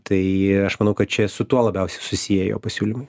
tai aš manau kad čia su tuo labiausiai susiję jo pasiūlymai